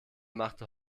machte